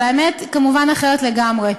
אבל האמת כמובן אחרת לגמרי.